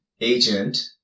agent